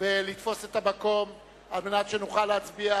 ולתפוס את המקום כדי שנוכל להצביע